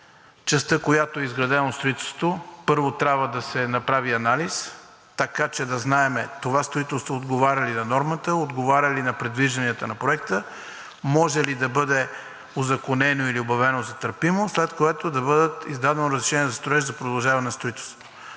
частта, в която е изградено строителството, първо, трябва да се направи анализ, така че да знаем това строителство отговаря ли на нормата, отговаря ли на предвижданията на Проекта, може ли да бъде узаконено или обявено за търпимо, след което да бъде издадено разрешение за строеж за продължаване на строителството.